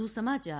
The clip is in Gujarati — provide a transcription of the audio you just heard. વધુ સમાચાર